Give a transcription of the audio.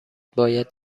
باید